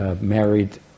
married